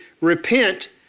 Repent